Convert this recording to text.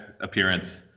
appearance